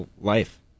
life